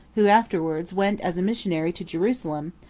who afterwards went as a missionary to jerusalem,